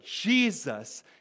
Jesus